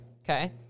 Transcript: Okay